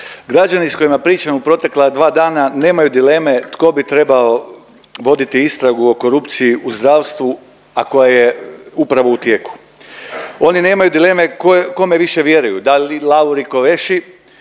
Građani s kojima pričam u protekla dva dana nemaju dileme tko bi trebao voditi istragu o korupciji u zdravstvu, a koja je upravo u tijeku. Oni nemaju dileme kome više vjeruju da li Lauri Kovesi